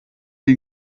die